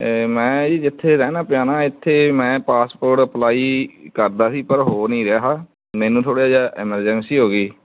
ਮੈਂ ਜੀ ਜਿੱਥੇ ਰਹਿਣਾ ਪਿਆ ਨਾ ਇੱਥੇ ਮੈਂ ਪਾਸਪੋਰਟ ਅਪਲਾਈ ਕਰਦਾ ਸੀ ਪਰ ਹੋ ਨਹੀਂ ਰਿਹਾ ਮੈਨੂੰ ਥੋੜ੍ਹਾ ਜਿਹਾ ਐਮਰਜੈਂਸੀ ਹੋ ਗਈ